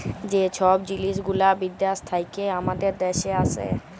যে ছব জিলিস গুলা বিদ্যাস থ্যাইকে আমাদের দ্যাশে আসে